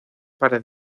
para